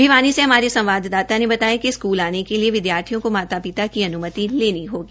भिवानी से हमारे संवाददाता ने बताया कि स्कूल आने के लिए विदयार्थियों को माता पिता की अनुमति लेनी होगी